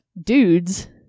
dudes